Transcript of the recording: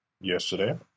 yesterday